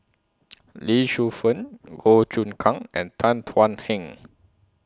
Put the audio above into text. Lee Shu Fen Goh Choon Kang and Tan Thuan Heng